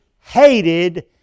hated